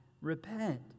repent